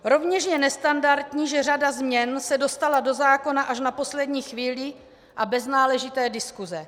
Rovněž je nestandardní, že řada změn se dostala do zákona až na poslední chvíli a bez náležité diskuse.